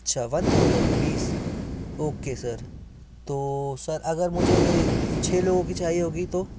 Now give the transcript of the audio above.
अच्छा one thousand rupees okay sir तो sir अगर मुझे छः लोगों की चाहिए होगी तो